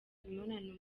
imibonano